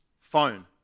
phone